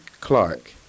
Clark